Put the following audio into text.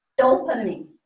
dopamine